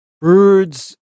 birds